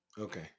Okay